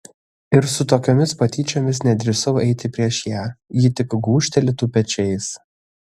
ir su tokiomis patyčiomis nedrįsau eiti prieš ją ji tik gūžtelėtų pečiais